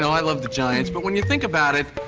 i love the giants, but when you think about it,